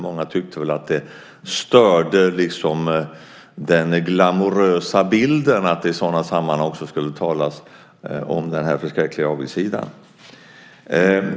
Många tyckte väl att det störde den glamorösa bilden att det i sådana sammanhang också skulle talas om denna förskräckliga avigsida.